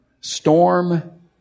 storm